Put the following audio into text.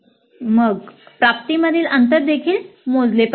मग प्राप्तिमधील अंतर देखील मोजले पाहिजे